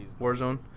Warzone